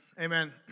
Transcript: Amen